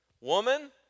woman